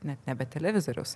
net nebe televizoriaus